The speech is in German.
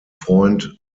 freund